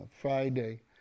Friday